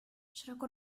широко